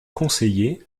conseillé